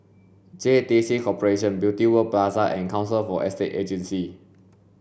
J T C Corporation Beauty World Plaza and Council for Estate Agencies